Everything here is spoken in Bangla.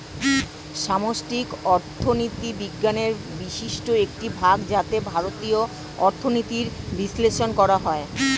সামষ্টিক অর্থনীতি বিজ্ঞানের বিশিষ্ট একটি ভাগ যাতে জাতীয় অর্থনীতির বিশ্লেষণ করা হয়